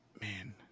man